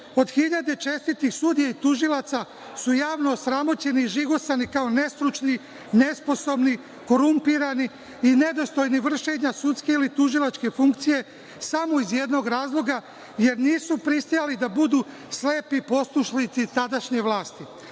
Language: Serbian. od hiljade čestitih sudija i tužilaca su javno osramoćeni i žigosani kao nestručni, nesposobni, korumpirani i nedostojni vršenja sudske ili tužilačke funkcije, samo iz jednog razloga, jer nisu pristali da budu slepi poslušnici tadašnje vlasti. Niko